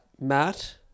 Matt